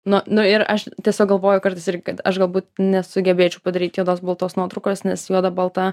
nu nu ir aš tiesiog galvoju kartais ir kad aš galbūt nesugebėčiau padaryt juodos baltos nuotraukos nes juoda balta